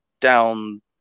down